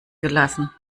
gelassen